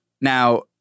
Now